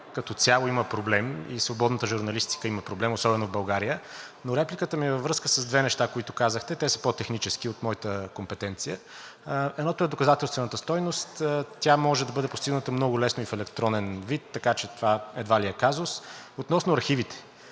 като цяло има проблем и свободната журналистика има проблем, особено в България, но репликата ми е във връзка с две неща, които казахте, те са по-технически от моята компетенция. Едното е доказателствената стойност, тя може да бъде постигната много лесно и в електронен вид, така че това едва ли е казус. Относно архивите,